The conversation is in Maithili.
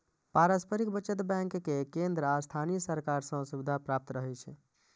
पारस्परिक बचत बैंक कें केंद्र आ स्थानीय सरकार सं सुविधा प्राप्त रहै छै